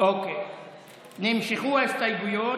נמשכו ההסתייגויות.